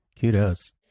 kudos